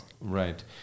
Right